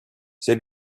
they